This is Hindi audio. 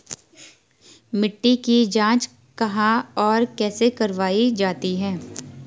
मिट्टी की जाँच कहाँ और कैसे करवायी जाती है?